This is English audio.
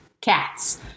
Cats